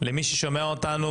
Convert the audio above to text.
למי ששומע אותנו,